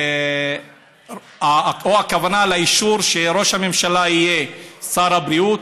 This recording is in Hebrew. או לכוונה לאישור שראש הממשלה יהיה שר הבריאות,